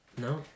No